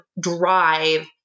drive